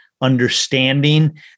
understanding